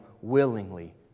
willingly